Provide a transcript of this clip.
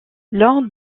lors